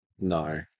no